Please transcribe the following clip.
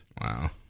Wow